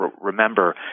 remember